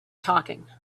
talking